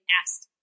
asked